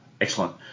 Excellent